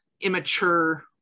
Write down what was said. immature